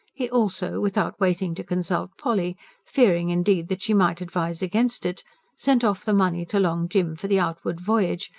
he also, without waiting to consult polly fearing, indeed, that she might advise against it sent off the money to long jim for the outward voyage,